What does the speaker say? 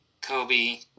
Kobe